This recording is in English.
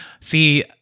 See